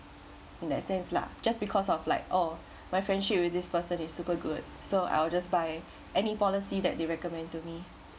in that sense lah just because of like oh my friendship with this person is super good so I will just buy any policy that they recommend to me